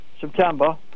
September